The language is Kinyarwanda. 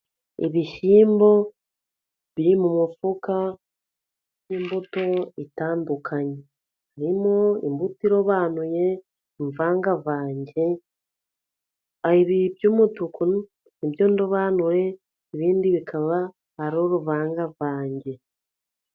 Ibishyimbo biri mu mufuka w'imbuto itandukanye birimo: imbuto irobanuye n'imvangavange. Iby'umutuku nibyo ndobanure ibindi bikaba ari uruvangavage.